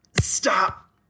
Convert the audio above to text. Stop